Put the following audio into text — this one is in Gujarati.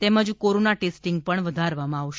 તેમજ કોરોના ટેસ્ટિંગ પણ વધારવામાં આવશે